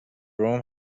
room